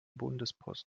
bundespost